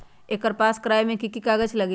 एकर पास करवावे मे की की कागज लगी?